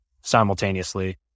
simultaneously